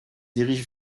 dirige